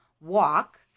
walk